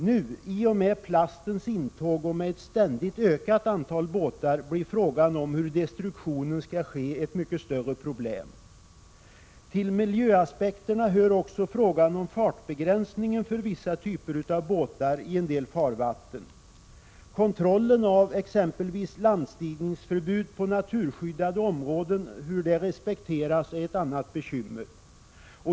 Nu, i och med plastens intåg och med ett ständigt ökande antal båtar, blir frågan om hur destruktionen skall ske ett mycket större problem. Till miljöaspekterna hör också frågan om fartbegränsningen för vissa typer av båtar i en del farvatten. Kontrollen av att exempelvis förbudet mot landstigning på naturskyddade områden respekteras är ett annat bekymmer.